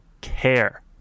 care